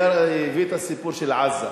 הביא את הסיפור של עזה,